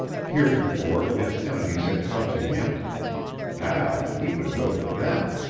heretofore his enemies had come to him now he would go to them.